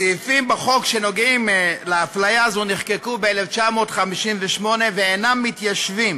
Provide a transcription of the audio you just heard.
הסעיפים בחוק שנוגעים לאפליה הזו נחקקו ב-1958 ואינם מתיישבים